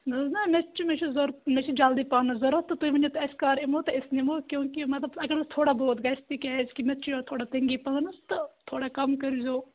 نہ حظ نہ مےٚ تہِ چھُ مےٚ چھِ ضوٚرَتھ مےٚ چھِ جلدی پہنَس ضوٚرَتھ تہٕ تُہۍ ؤنیُو تہٕ أسۍ کَر یِمو تہٕ أسۍ نِمو کیونکہِ مگر مطلب حظ اگر تھوڑا بہت گژھِ تہِ کیٛازِکہ مےٚ تہِ چھِ یورٕ تھوڑا تنگی پہنَس تہٕ تھوڑا کَم کٔرۍزیو